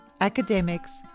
academics